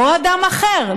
או אדם אחר,